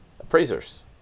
appraisers